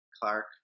Clark